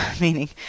meaning